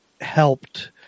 helped